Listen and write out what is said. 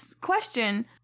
question